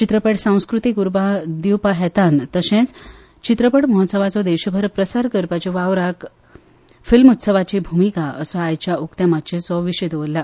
चित्रपट संस्कृती उर्बा दिवपा हेतान तशेंच चित्रपट महोत्सवाचो देशभर प्रसहार करपाच्या वावराक फिल्म उत्सवाची भूमिका असो आयच्या उकत्या माचयेचो विशय दवरला